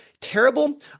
terrible